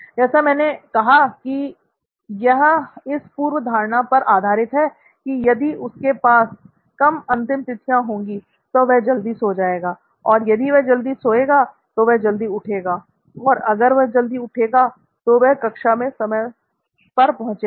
जैसा मैंने कहा कि यह इस पूर्वधारणा पर आधारित है कि यदि उसके पास कम अंतिम तिथियां होंगी तो वह जल्दी सो जाएगा और यदि वह जल्दी सो जाएगा तो वह जल्दी उठेगा और अगर वह जल्दी उठेगा तो वह कक्षा में समय पर पहुँचेगा